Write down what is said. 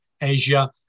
Asia